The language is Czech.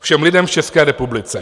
Všem lidem v České republice.